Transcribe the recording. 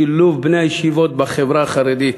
שילוב בני הישיבות בחברה החרדית.